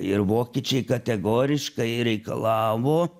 ir vokiečiai kategoriškai reikalavo